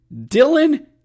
...Dylan